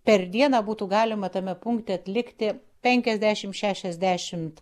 per dieną būtų galima tame punkte atlikti penkiasdešimt šešiasdešimt